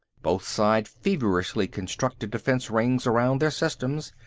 both sides feverishly constructed defense rings around their systems.